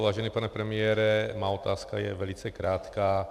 Vážený pane premiére, moje otázka je velice krátká.